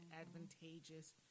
advantageous